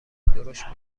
درشت